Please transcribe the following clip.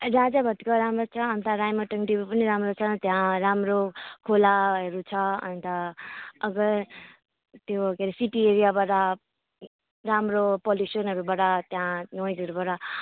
राजा भातखावा राम्रो छ अन्त राइमटाङ डिउ पनि राम्रो छ त्यहाँ राम्रो खोलाहरू छ अन्त अगर त्यो सिटी एरियाबाट राम्रो पल्युसनहरूबाट त्यहाँ नोइजहरूबाट